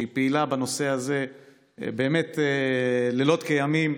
שהיא פעילה בנושא הזה לילות כימים,